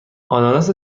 آناناس